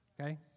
Okay